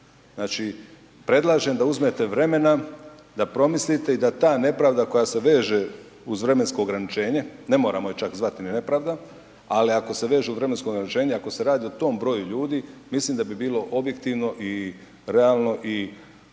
Znači, predlažem da uzmete vremena, da promislite i da ta nepravda koja se veže uz vremensko ograničenje, ne moramo je čak zvati ni nepravda, ali ako se veže uz vremensko ograničenje, ako se radi o tom broju ljudi mislim da bi bilo objektivno i realno i